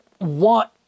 want